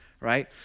right